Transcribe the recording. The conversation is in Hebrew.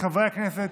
מחברי הכנסת,